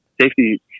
safety